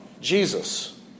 Jesus